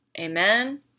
Amen